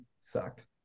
Sucked